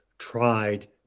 Tried